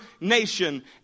nation